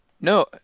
No